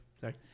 Sorry